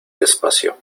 despacio